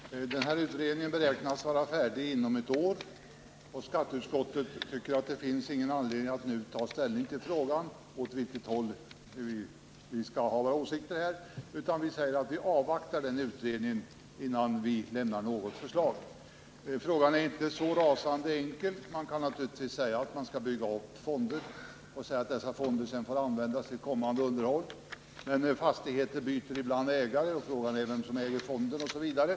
Herr talman! Den här utredningen beräknas vara färdig med sitt arbete inom ett år, och skatteutskottet tycker inte att det finns någon anledning att nu ta ställning till frågan. Vi vill avvakta utredningens resultat, innan vi lämnar något förslag till riksdagen. Frågan är inte så rasande enkel. Man kan naturligtvis säga att man skall bygga upp fonder och att dessa fonder sedan skall användas till kommande underhåll. Men fastigheter byter ibland ägare, och frågan är vem som äger fonden osv.